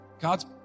God's